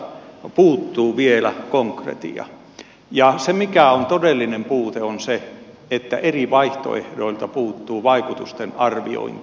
rakennepaketista puuttuu vielä konkretia ja se mikä on todellinen puute on se että eri vaihtoehdoilta puuttuu vaikutusten arviointi